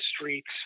streets